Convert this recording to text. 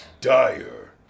Dire